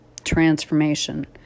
Transformation